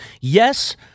yes